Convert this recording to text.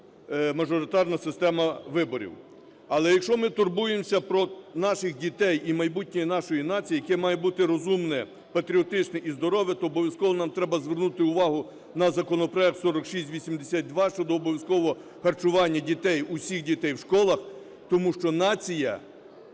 мажоритарна система виборів. Але якщо ми турбуємося про наших дітей і майбутнє нашої нації, яке має бути розумне, патріотичне і здорове, то обов'язково нам треба звернути увагу на законопроект 4682 щодо обов'язкового харчування дітей, усіх дітей в школах, тому що нація